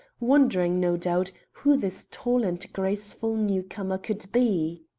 wondering, no doubt, who this tall and graceful newcomer could be.